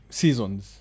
seasons